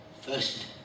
First